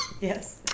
Yes